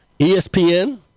ESPN